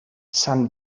sant